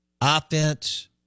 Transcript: offense